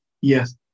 Yes